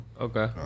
Okay